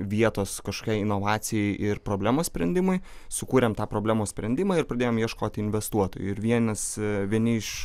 vietos kažkokiai inovacijai ir problemos sprendimui sukūrėm tą problemos sprendimą ir pradėjom ieškoti investuotojų ir vienas vieni iš